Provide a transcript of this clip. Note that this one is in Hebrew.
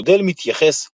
המודל מתייחס לחומרה,